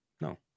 No